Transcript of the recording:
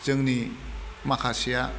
जोंनि माखासेया